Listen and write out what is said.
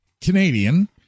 Canadian